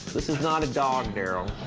this is not a dog, daryl.